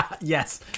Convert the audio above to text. Yes